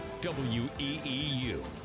WEEU